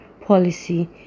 policy